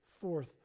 fourth